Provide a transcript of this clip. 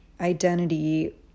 identity